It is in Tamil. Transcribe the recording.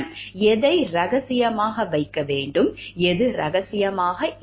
எதை ரகசியமாக வைக்க வேண்டும் எது ரகசியமாக இல்லை